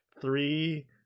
three